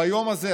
ביום הזה,